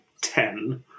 ten